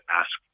ask